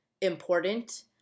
important